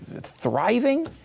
thriving